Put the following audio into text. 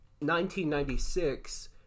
1996